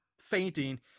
fainting